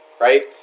right